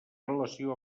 relació